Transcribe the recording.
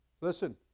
Listen